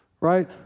Right